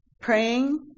Praying